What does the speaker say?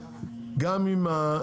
לכן,